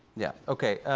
yeah, okay.